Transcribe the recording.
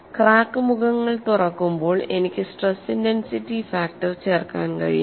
crack മുഖങ്ങൾ തുറക്കുമ്പോൾ എനിക്ക് സ്ട്രെസ് ഇന്റെൻസിറ്റി ഫാക്ടർ ചേർക്കാൻ കഴിയും